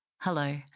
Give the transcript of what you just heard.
hello